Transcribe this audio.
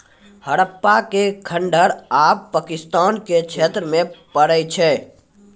हड़प्पा के खंडहर आब पाकिस्तान के क्षेत्र मे पड़ै छै